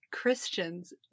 Christians